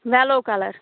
yellow colour